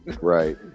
Right